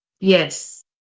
Yes